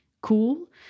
cool